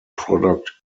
product